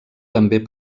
també